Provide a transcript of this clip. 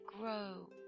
grow